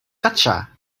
gotcha